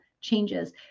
changes